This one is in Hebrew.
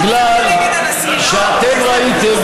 בגלל שאתם ראיתם,